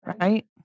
Right